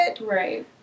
Right